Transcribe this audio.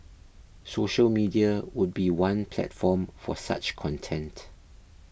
social media would be one platform for such content